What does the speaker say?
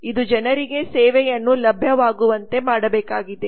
ಇದು ಜನರಿಗೆ ಸೇವೆಯನ್ನು ಲಭ್ಯವಾಗುವಂತೆ ಮಾಡಬೇಕಾಗಿದೆ